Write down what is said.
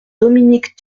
dominique